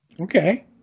Okay